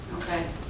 Okay